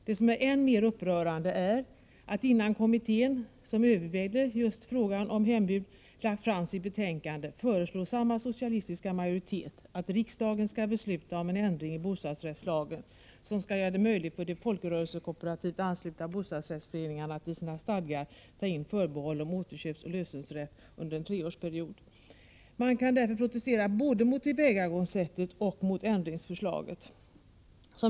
Det som är än mer upprörande är att innan den kommitté som övervägde just frågan om hembud lagt fram sitt betänkande föreslår samma socialistiska majoritet, att riksdagen skall besluta om en ändring i bostadsrättslagen som skall göra det möjligt för de folkrörelsekooperativt anknutna bostadsrättsföreningarna att i sina stadgar ta in förbehåll om återköpseller lösningsrätt under en treårsperiod. Man kan därför protestera både mot tillvägagångssättet och mot ändringsförslaget.